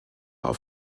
auf